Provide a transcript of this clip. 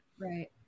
Right